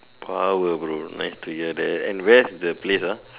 power bro nice to hear that and where is the place ah